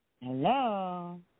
Hello